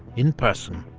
in person.